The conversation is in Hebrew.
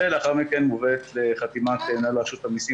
ולאחר מכן מובאת לחתימת מנהל רשות המיסים